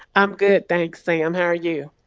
i'm good. thanks, sam. how are you?